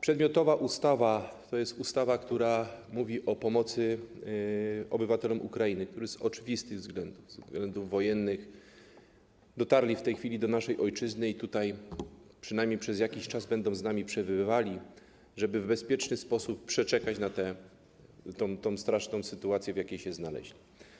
Przedmiotowa ustawa to jest ustawa, która mówi o pomocy obywatelom Ukrainy, którzy z oczywistych względów, ze względów wojennych, dotarli w tej chwili do naszej ojczyzny i będą tutaj, przynajmniej przez jakiś czas, z nami przebywali, żeby w bezpieczny sposób przeczekać tę straszną sytuację, w jakiej się znaleźli.